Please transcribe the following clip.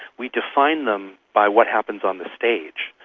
we define them by what happens on the stage,